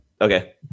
Okay